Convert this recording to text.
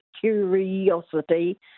curiosity